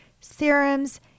serums